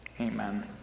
Amen